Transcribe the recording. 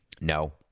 No